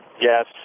Yes